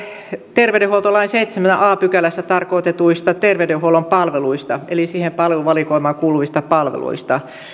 terveydenhuoltolain seitsemännessä a pykälässä tarkoitetuista terveydenhuollon palveluista eli siihen palveluvalikoimaan kuuluvista palveluista